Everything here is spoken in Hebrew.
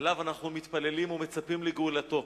שעליו אנחנו מתפללים ומצפים לגאולתו.